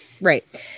Right